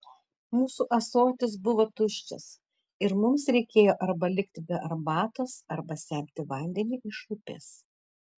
mūsų ąsotis buvo tuščias ir mums reikėjo arba likti be arbatos arba semti vandenį iš upės